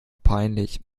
peinlich